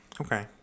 Okay